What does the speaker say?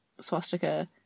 swastika